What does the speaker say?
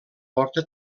porta